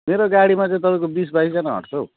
मेरो गाडीमा चाहिँ तपाईँको बिस बाइसजना अट्छ हौ